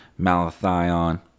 malathion